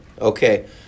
okay